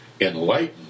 enlightened